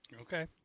okay